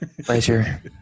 pleasure